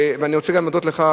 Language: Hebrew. ואני רוצה גם להודות לך,